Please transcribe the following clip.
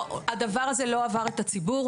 הדבר הזה לא עבר את הציבור,